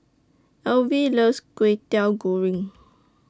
Elvie loves Kway Teow Goreng